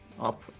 up